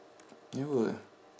never